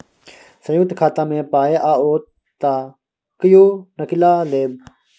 संयुक्त खाता मे पाय आओत त कियो निकालि लेब